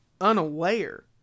unaware